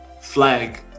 flag